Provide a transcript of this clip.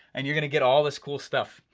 and you're gonna get all this cool stuff.